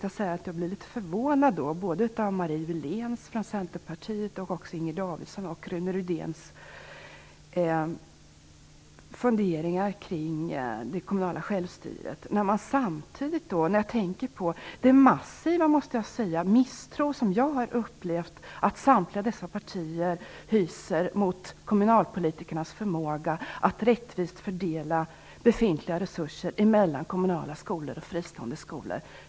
Jag blev litet förvånad över Marie Wiléns från Centerpartiet, Inger Davidsons och Rune Rydéns funderingar kring det kommunala självstyret. Jag tänker på den massiva misstro som jag har upplevt att samtliga dessa partier hyser mot kommunalpolitikernas förmåga att rättvist fördela befintliga resurser mellan kommunala skolor och fristående skolor.